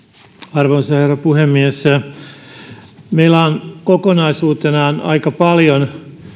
arvoisa herra puhemies meillä on kokonaisuutena aika paljon